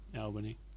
Albany